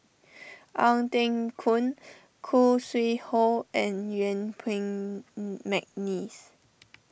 Ong Teng Koon Khoo Sui Hoe and Yuen Peng McNeice